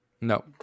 No